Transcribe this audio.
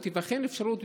או תיבחן האפשרות,